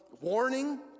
warning